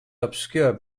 obscure